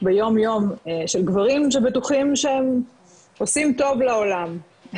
ביום יום, של גברים שבטוחים שהם עושים טוב לעולם.